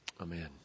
Amen